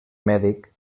mèdic